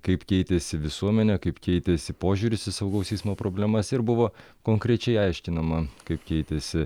kaip keitėsi visuomenė kaip keitėsi požiūris į saugaus eismo problemas ir buvo konkrečiai aiškinama kaip keitėsi